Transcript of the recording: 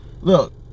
look